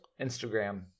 Instagram